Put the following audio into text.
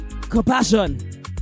Compassion